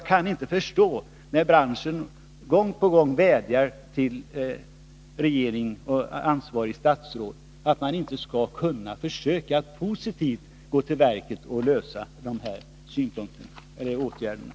Branschen vädjar gång på gång till regeringen och det ansvariga statsrådet, och jag kan då inte förstå att man inte försöker att positivt gå till verket för att lösa dessa problem.